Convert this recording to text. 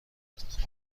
کند